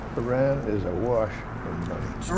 iran is awash in money.